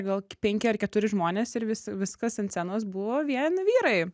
gal penki ar keturi žmonės ir vis viskas ant scenos buvo vien vyrai